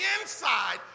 inside